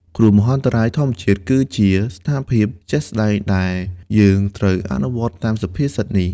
គ្រោះមហន្តរាយធម្មជាតិ គឺជាស្ថានភាពជាក់ស្ដែងដែលយើងត្រូវអនុវត្តតាមសុភាសិតនេះ។